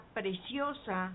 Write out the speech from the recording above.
preciosa